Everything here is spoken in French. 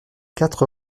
quatre